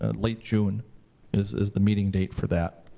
ah late june is is the meeting date for that.